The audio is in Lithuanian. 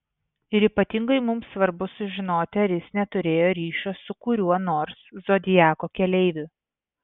ir ypatingai mums svarbu sužinoti ar jis neturėjo ryšio su kuriuo nors zodiako keleiviu